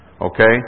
Okay